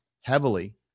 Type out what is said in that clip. heavily